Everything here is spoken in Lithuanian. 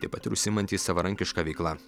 taip pat ir užsiimantys savarankiška veikla